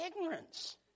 ignorance